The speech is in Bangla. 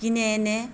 কিনে এনে